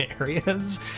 areas